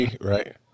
right